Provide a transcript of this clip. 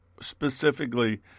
specifically